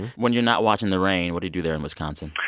when you're not watching the rain, what you do there in wisconsin?